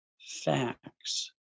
facts